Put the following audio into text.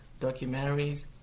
documentaries